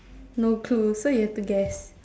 no clues so you have to guess